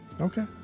Okay